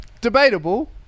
Debatable